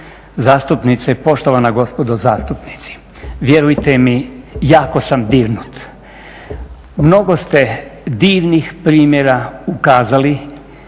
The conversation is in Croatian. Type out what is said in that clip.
zastupnice, poštovana gospodo zastupnici. Vjerujte mi jako sam dirnut. Mnogo ste divnih primjera ukazali,